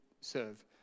serve